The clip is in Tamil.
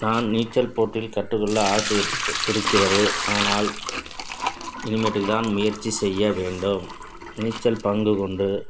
நான் நீச்சல் போட்டியில் கற்றுக்கொள்ள ஆசை இருக்குது இருக்கிறது ஆனால் இனிமேட்டுக்குதான் முயற்சி செய்ய வேண்டும் நீச்சல் பங்கு கொண்டு